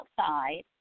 outside